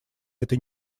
этой